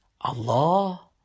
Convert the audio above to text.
Allah